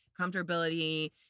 comfortability